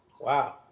Wow